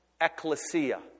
ecclesia